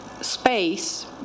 space